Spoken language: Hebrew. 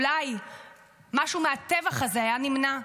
אולי משהו מהטבח הזה היה נמנע,